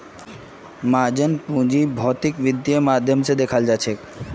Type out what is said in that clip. margin वित्तक भौतिक पूंजीर माध्यम स दखाल जाछेक